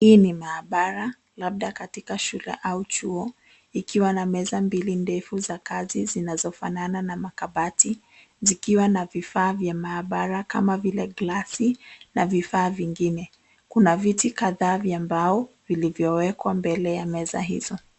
Hii ni maabara labda katika shule au chuo, ikiwa na meza mbili ndefu za kazi zinazofanana na makabati, zikiwa na vifaa vya maabara kama vile glasi na vifaa vingine. Kuna viti kadhaa vya mbao vilivyowekwa mbele ya meza hizo.